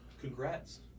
Congrats